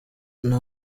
nta